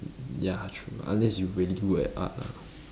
ya true unless you really good at art ah